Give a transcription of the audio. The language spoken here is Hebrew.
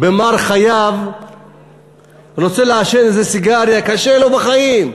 במר חייו רוצה לעשן איזה סיגריה, קשה לו בחיים.